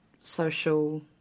social